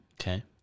Okay